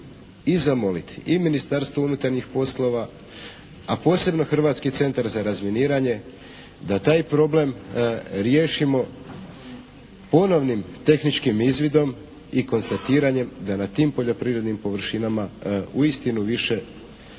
i zamoliti i Ministarstvo unutarnjih poslova a posebno Hrvatski centar za razminiranje da taj problem riješimo ponovnim tehničkim izvidom i konstatiranjem da na tim poljoprivrednim površinama uistinu više nema